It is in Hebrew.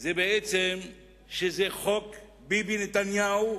זה שבעצם זה חוק ביבי נתניהו,